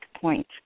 point